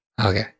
Okay